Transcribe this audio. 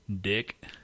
Dick